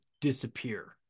disappear